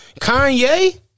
Kanye